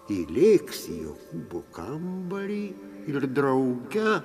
įlėks į jokūbo kambarį ir drauge